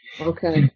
Okay